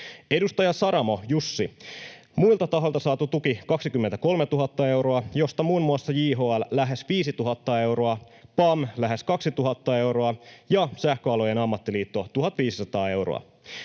Edustaja Saramo, Jussi: muilta taholta saatu tuki 23 000 euroa, josta muun muassa JHL lähes 5 000 euroa, PAM lähes 2 000 euroa ja Sähköalojen Ammattiliitto 1 500 euroa.